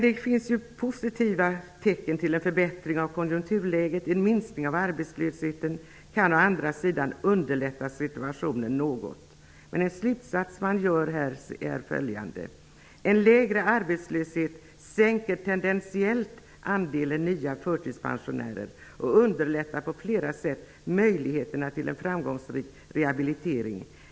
De positiva tecken till en förbättring av konjunkturläget och en minskning av arbetslösheten kan å andra sidan underlätta situationen något.'' Den slutsats man drar är följande: ''En lägre arbetslöshet sänker tendentiellt andelen nya förtidspensionärer och underlättar på flera sätt möjligheterna till en framgångsrik rehabilitering.